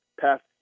past